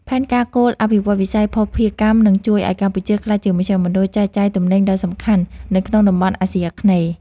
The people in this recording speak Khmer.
ផែនការគោលអភិវឌ្ឍន៍វិស័យភស្តុភារកម្មនឹងជួយឱ្យកម្ពុជាក្លាយជាមជ្ឈមណ្ឌលចែកចាយទំនិញដ៏សំខាន់នៅក្នុងតំបន់អាស៊ីអាគ្នេយ៍។